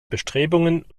bestrebungen